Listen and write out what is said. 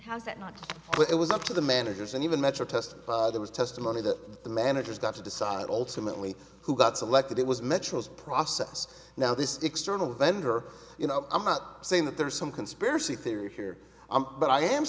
other than not it was up to the managers and even metro test there was testimony that the managers got to decide ultimately who got selected it was metro's process now this external vendor you know i'm not saying that there are some conspiracy theory here but i am